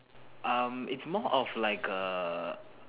um it's more of like a